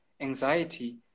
anxiety